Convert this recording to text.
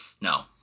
No